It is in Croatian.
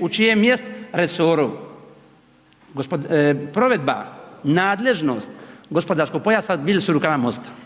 u čijem jest resoru provedba, nadležnost gospodarskog pojasa, bili su u rukama MOST-a.